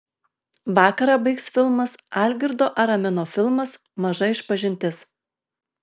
vakarą baigs filmas algirdo aramino filmas maža išpažintis